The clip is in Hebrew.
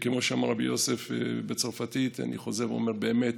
כמו שאמר רבי יוסף בצרפתית, אני חוזר ואומר: באמת